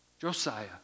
Josiah